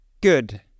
good